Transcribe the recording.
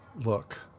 look